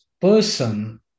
person